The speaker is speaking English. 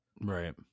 right